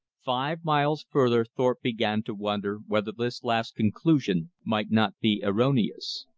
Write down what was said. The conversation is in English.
five miles further thorpe began to wonder whether this last conclusion might not be erroneous.